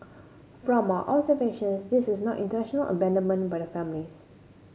from our observations this is not intentional abandonment by the families